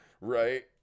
right